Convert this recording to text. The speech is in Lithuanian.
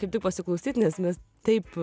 kaip tik pasiklausyt nes mes taip